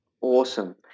Awesome